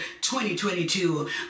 2022